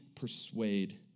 persuade